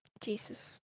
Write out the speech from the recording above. Jesus